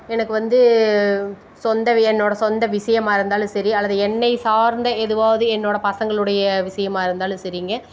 எனக்கு வந்து சொந்த வி என்னோட சொந்த விஷயமா இருந்தாலும் சரி அல்லது என்னை சார்ந்த எதுவாவது என்னோட பசங்களுடைய விஷயமா இருந்தாலும் சரிங்க